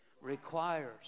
Requires